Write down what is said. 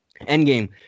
Endgame